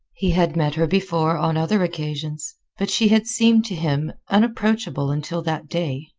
he had met her before on other occasions, but she had seemed to him unapproachable until that day.